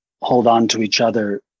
hold-on-to-each-other